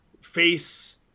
face